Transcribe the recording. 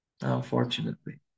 unfortunately